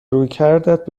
رویکردت